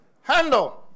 handle